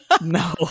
No